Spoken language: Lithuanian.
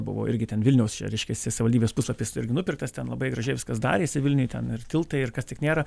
buvo irgi ten vilniaus čia reiškiasi savivaldybės puslapis irgi nupirktas ten labai gražiai viskas darėsi vilniuj ten ir tiltai ir kas tik nėra